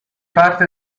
parte